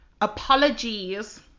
apologies